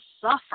suffer